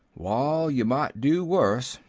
wall, yeh might do worse,